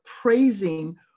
praising